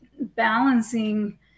balancing